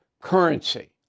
currency